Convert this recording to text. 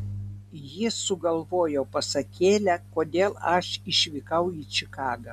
jis sugalvojo pasakėlę kodėl aš išvykau į čikagą